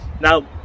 Now